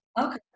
okay